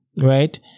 right